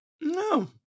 No